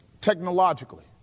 technologically